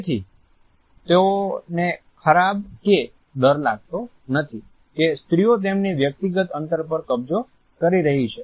તેથી તેઓને ખરાબ કે ડર લાગતો નથી કે સ્ત્રીઓ તેમના વ્યક્તિગત અંતર પર કબજો કરી રહી છે